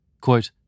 Quote